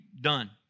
done